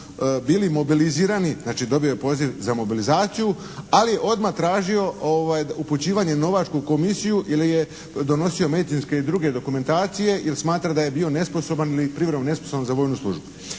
bili mobilizirani, znači dobio je poziv za mobilizaciju. Ali je odmah tražio upućivanje u novačku komisiju ili je donosio medicinske ili druge dokumentacije, jer smatra da je bio nesposoban ili privremeno nesposoban za vojnu službu.